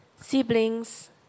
Siblings